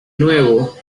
nuevo